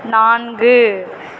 நான்கு